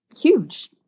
huge